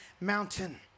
mountain